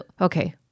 Okay